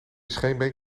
scheenbeen